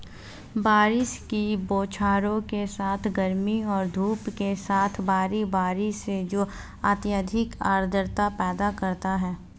बारिश की बौछारों के साथ गर्मी और धूप के साथ बारी बारी से जो अत्यधिक आर्द्रता पैदा करता है